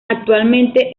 actualmente